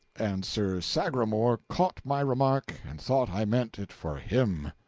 and sir sagramor caught my remark and thought i meant it for him.